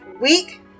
week